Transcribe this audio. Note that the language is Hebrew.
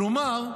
כלומר,